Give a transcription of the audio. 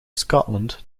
scotland